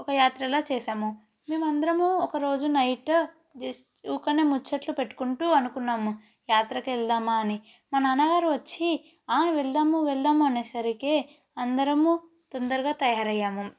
ఒక యాత్రలా చేసాము మేమందరము ఒకరోజు నైట్ జస్ట్ ఊరికే ముచ్చట్లు పెట్టుకుంటూ అనుకున్నాము యాత్రకి వెళ్దామా అని మా నాన్నగారు వచ్చి ఆ వెళదాము వెళదాము అనేసరికి అందరమూ తొందరగా తయారయ్యాము